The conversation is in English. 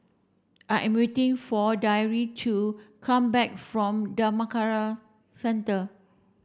I am waiting for Deirdre to come back from Dhammakaya Centre